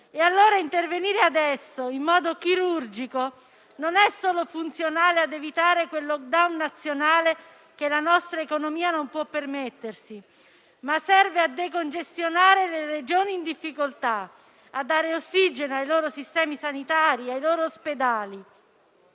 Allora, intervenire adesso, in modo chirurgico, non è solo funzionale ad evitare quel *lockdown* nazionale che la nostra economia non può permettersi, ma serve anche a decongestionare le Regioni in difficoltà, a dare ossigeno ai loro sistemi sanitari e ai loro ospedali,